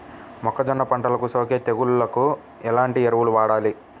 మొక్కజొన్న పంటలకు సోకే తెగుళ్లకు ఎలాంటి ఎరువులు వాడాలి?